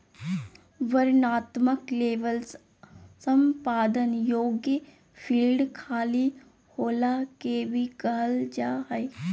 वर्णनात्मक लेबल संपादन योग्य फ़ील्ड खाली होला के भी कहल जा हइ